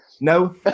No